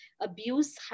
abuse